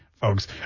folks